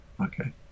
Okay